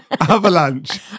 Avalanche